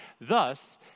Thus